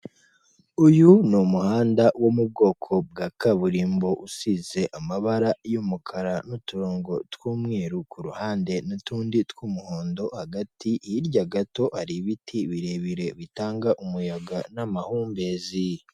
Uyu ni umuhanda wo mu bwoko bwa kaburimbo usize amabara y'umukara n'uturongo tw'umweru ku ruhande n'utundi tw'umuhondo hagati hirya gato hari ibiti birebire bitanga umuyaga n'amahumbezi.